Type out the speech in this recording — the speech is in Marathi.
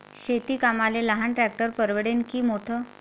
शेती कामाले लहान ट्रॅक्टर परवडीनं की मोठं?